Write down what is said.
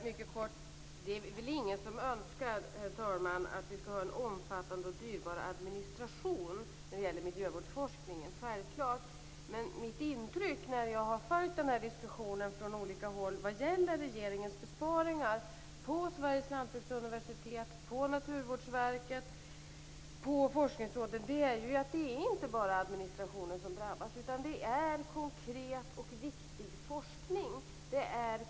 Herr talman! Det är väl ingen som önskar att vi skall ha en omfattande och dyrbar administration av miljövårdsforskningen, självfallet inte. Men när jag från olika håll följt diskussionen om regeringens besparingar på Sveriges lantbruksuniversitet, Naturvårdsverket och Forskningsrådet, är mitt intryck att det inte bara är administrationen som drabbas. Det är konkret och viktig forskning.